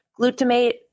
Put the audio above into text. glutamate